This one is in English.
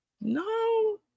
No